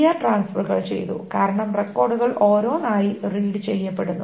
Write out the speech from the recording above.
br ട്രാൻസ്ഫറുകൾ ചെയ്തു കാരണം റെക്കോർഡുകൾ ഓരോന്നായി റീഡ് ചെയ്യപ്പെടുന്നു